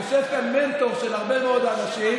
יושב כאן מנטור של הרבה מאוד אנשים,